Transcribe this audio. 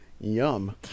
yum